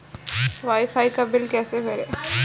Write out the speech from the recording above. Wi fi का bill कैसे भरें?